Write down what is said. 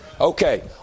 Okay